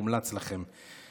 מומלץ לכם.